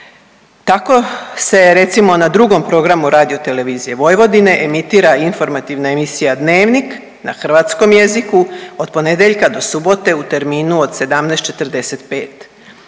Tako se recimo na 2 programu Radiotelevizije Vojvodine emitira informativna emisija Dnevnik na hrvatskom jeziku od ponedjeljka do subote u terminu od 17,45